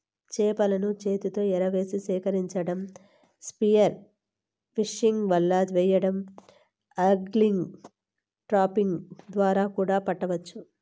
చేపలను చేతితో ఎరవేసి సేకరించటం, స్పియర్ ఫిషింగ్, వల వెయ్యడం, ఆగ్లింగ్, ట్రాపింగ్ ద్వారా కూడా పట్టవచ్చు